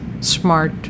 smart